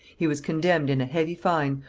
he was condemned in a heavy fine,